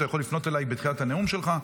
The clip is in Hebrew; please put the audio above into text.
אתה יכול לפנות אליי בתחילת הנאום שלך,